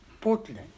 portland